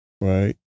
right